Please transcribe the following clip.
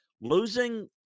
losing